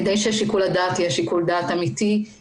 כדי ששיקול הדעת יהיה שיקול דעת אמיתי,